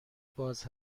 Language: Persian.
باز